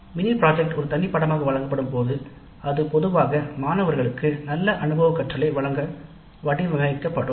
mini திட்டம் ஒரு தனி பாடமாக வழங்கப்படும் போது அது பொதுவாக மாணவர்களுக்கு நல்ல அனுபவக் கற்றலை வழங்க வடிவமைக்கப்படும்